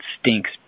stinks